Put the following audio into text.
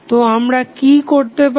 তো আমরা কি করতে পারি